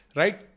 right